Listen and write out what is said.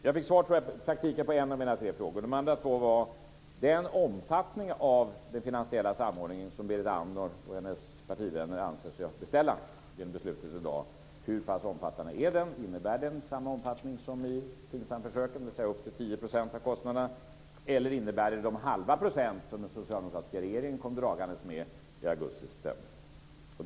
Jag fick i praktiken svar på en av mina tre frågor. Den andra frågan gällde den finansiella samordning som Berit Andnor och hennes partivänner anser sig beställa genom beslutet i dag: Hur pass omfattande är den? Innebär den samma omfattning som i Finsamförsöken, dvs. upp till 10 % av kostnaderna? Eller innebär det den halva procent som den socialdemokratiska regeringen kom dragandes med i augustiseptember?